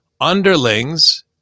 underlings